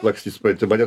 lakstyt supranti mane